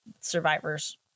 survivors